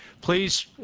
please